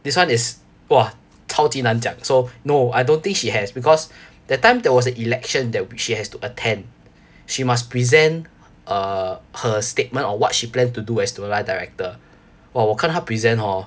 this [one] is !wah! 超级难讲 so no I don't think she has because that time there was a election that she has to attend she must present uh her statement on what she plan to do as student life director 哇我看她 present hor